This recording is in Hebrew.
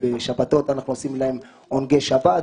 בשבתות אנחנו עושים להם עונגי שבת.